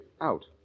Out